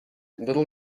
little